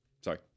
Sorry